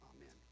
amen